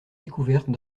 découvertes